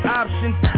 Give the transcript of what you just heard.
options